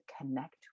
connect